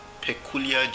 Peculiar